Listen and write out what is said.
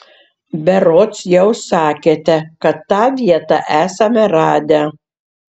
berods jau sakėte kad tą vietą esame radę